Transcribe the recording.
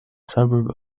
suburb